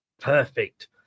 perfect